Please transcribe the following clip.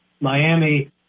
Miami